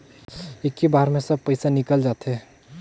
इक्की बार मे सब पइसा निकल जाते?